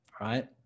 right